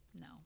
No